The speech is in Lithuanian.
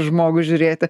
žmogų žiūrėti